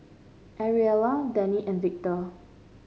Ariella Denny and Victor